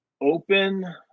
open